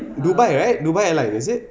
dubai right dubai airline is it